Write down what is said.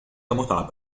متعب